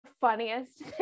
funniest